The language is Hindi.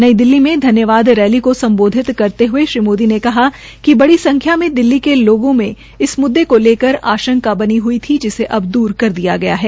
नई दिल्ली में धन्यवाद रैली को सम्बोधित करते हये श्री मोदी ने कहा कि बड़ी संख्या में दिल्ली के लोगों में इस मुद्दे को लेकर आशंका बनी ह्ई थी जिसे अब दूर दिया गया है